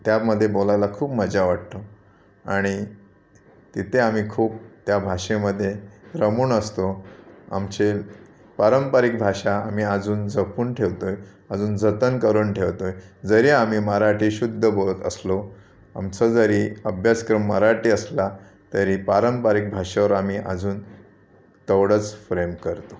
त्यामध्ये बोलायला खूप मजा वाटते आणि तिथे आम्ही खूप त्या भाषेमध्ये रमून असतो आमचे पारंपरिक भाषा आम्ही अजून जपून ठेवतो आहे अजून जतन करून ठेवतो आहे जरी आम्ही मराठी शुद्ध बोलत असलो आमचा जरी अभ्यासक्रम मराठी असला तरी पारंपरिक भाषेवर आम्ही अजून तेवढंच प्रेम करतो